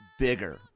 bigger